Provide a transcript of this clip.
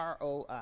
ROI